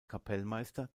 kapellmeister